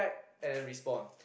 and then respawn